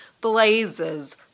blazes